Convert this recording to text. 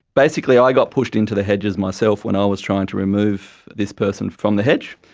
basically i got pushed into the hedges myself when i was trying to remove this person from the hedge.